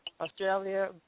Australia